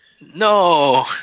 no